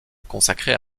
consacrée